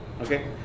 okay